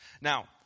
Now